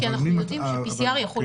כי אנחנו יודעים ש-PCR יכול להישאר חיובי.